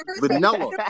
Vanilla